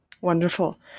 Wonderful